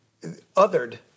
othered